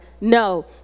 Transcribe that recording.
No